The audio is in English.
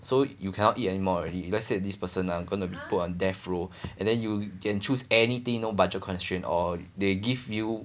so you cannot eat anymore already if let's say this person ah gonna be put on death row and then you can choose anything you know budget constraint or they give you